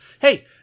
Hey